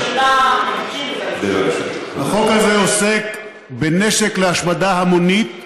זו שאלה, החוק הזה עוסק בנשק להשמדה המונית,